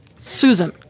Susan